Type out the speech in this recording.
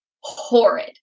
horrid